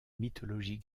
mythologie